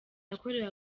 yakorewe